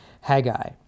Haggai